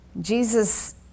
Jesus